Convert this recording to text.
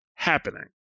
happening